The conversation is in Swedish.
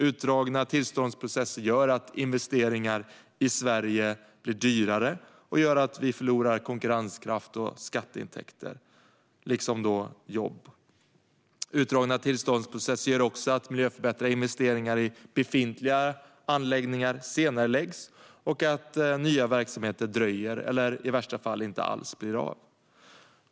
Utdragna tillståndsprocesser gör att investeringar i Sverige blir dyrare och gör att vi förlorar konkurrenskraft och skatteintäkter liksom jobb. Utdragna tillståndsprocesser gör också att miljöförbättrande investeringar i befintliga anläggningar senareläggs och att nya verksamheter dröjer eller i värsta fall inte alls blir av.